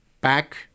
back